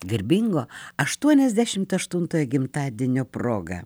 garbingo aštuoniasdešimt aštuntojo gimtadienio proga